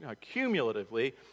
cumulatively